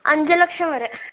അഞ്ച് ലക്ഷം വരെ